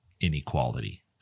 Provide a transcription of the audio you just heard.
inequality